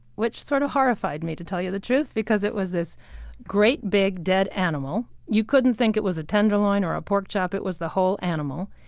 sort of horrified me to tell you the truth because it was this great, big, dead animal. you couldn't think it was a tenderloin or a porkchop, it was the whole animal.